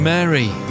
Mary